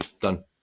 done